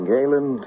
Galen